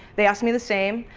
they asked me the same.